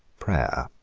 prayer.